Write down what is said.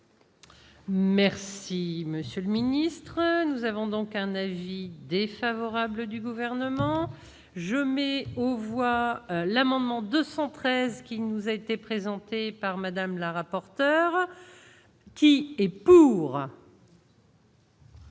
Merci monsieur le ministre, nous avons donc un avis défavorable du gouvernement je mais on voit l'amendement 213 qui nous a été présentée par Madame la rapporte. Sera qui est pour.